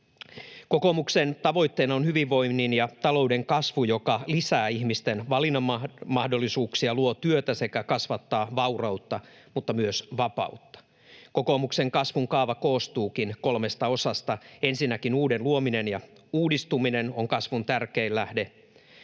Kokoomuksen tavoitteena on hyvinvoinnin ja talouden kasvu, joka lisää ihmisten valinnanmahdollisuuksia, luo työtä sekä kasvattaa vaurautta mutta myös vapautta. Kokoomuksen kasvun kaava koostuukin kolmesta osasta. Ensinnäkin uuden luominen ja uudistuminen ovat kasvun tärkein lähde.